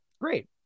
Great